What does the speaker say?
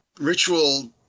Ritual